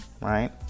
right